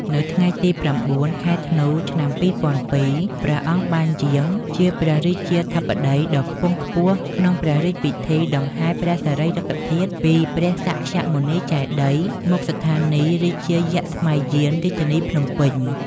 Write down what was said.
នៅថ្ងៃទី០៩ ខែធ្នូ ឆ្នាំ២០០២ ព្រះអង្គបានយាងជាព្រះរាជាធិបតីដ៏ខ្ពង់ខ្ពស់ ក្នុងព្រះរាជពិធីដង្ហែព្រះសារីរិកធាតុ ពីព្រះសក្យមុនីចេតិយ មុខស្ថានីយ៍រាជាយស្ម័យយានរាជធានីភ្នំពេញ។